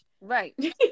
Right